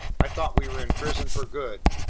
i thought we were imprisoned for good,